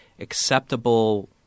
acceptable